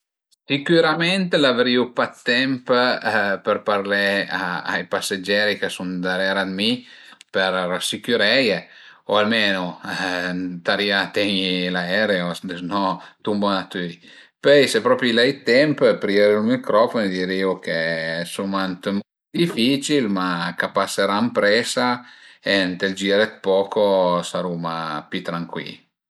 Sicürament l'avrìu pa d'temp për parlé ai passeggeri ch'a sun darera d'mi për rasicüreie o almenu ëntarìa ten-i l'aereo deznò tumbuma tüi, pöi se propo l'ai d'temp pierìu ël microfono e dirìu che suma ënt ün mument dificil, ma ch'a pasërà ën presa e ënt ël gir d'poco sarmu pi trancui